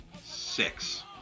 Six